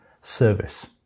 service